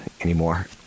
anymore